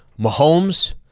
Mahomes